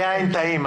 היין טעים.